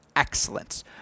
excellence